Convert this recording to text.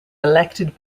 elected